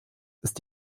ist